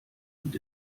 und